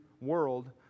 world